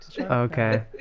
okay